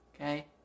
Okay